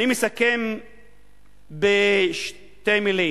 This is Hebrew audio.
אני מסכם בשתי מלים: